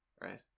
right